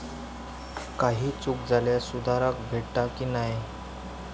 काही चूक झाल्यास सुधारक भेटता की नाय?